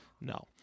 No